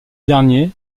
derniers